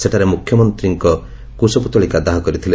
ସେଠାରେ ମୁଖ୍ୟମନ୍ତୀଙ୍କ କୁଶପୁଉଳିକା ଦାହ କରିଥିଲେ